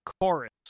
chorus